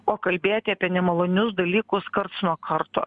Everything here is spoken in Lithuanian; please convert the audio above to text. o kalbėti apie nemalonius dalykus karts nuo karto